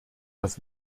das